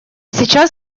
сейчас